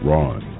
Ron